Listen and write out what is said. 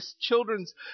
children's